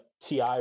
TI